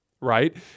right